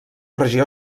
regió